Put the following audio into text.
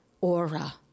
aura